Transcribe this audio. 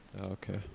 Okay